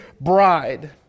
bride